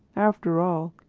after all,